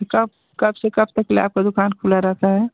फिर कब कब से कब तक ले आपका दुकान खुला रहता है